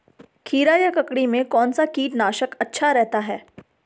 खीरा या ककड़ी में कौन सा कीटनाशक अच्छा रहता है?